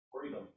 Freedom